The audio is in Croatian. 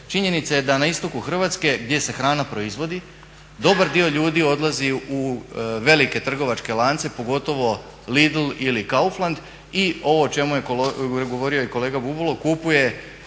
činjenica je da na istoku Hrvatske gdje se hrana proizvodi, dobar dio ljudi odlazi u velike trgovačke lance, pogotovo Lidl ili Kaufland, i ovo o čemu je govorio i kolega Bubalo kupuju